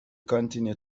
continue